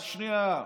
רק שנייה.